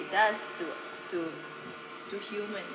it does to to to humans